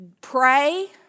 Pray